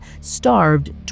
starved